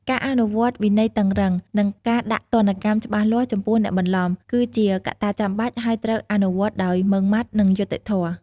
ការអនុវត្តវិន័យតឹងរ៉ឹង និងការដាក់ទណ្ឌកម្មច្បាស់លាស់ចំពោះអ្នកបន្លំ គឺជាកត្តាចាំបាច់ ហើយត្រូវអនុវត្តដោយម៉ឺងម៉ាត់ និងយុត្តិធម៌។